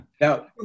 Now